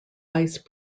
vice